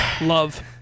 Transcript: Love